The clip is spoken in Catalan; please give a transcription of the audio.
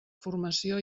formació